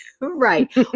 Right